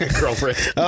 Girlfriend